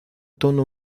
tono